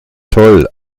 toll